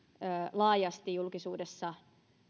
laajasti julkisuudessa